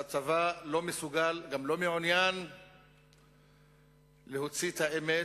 הצבא לא מסוגל וגם לא מעוניין להוציא את האמת